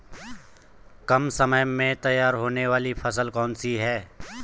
कम समय में तैयार होने वाली फसल कौन सी है?